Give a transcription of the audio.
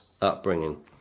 upbringing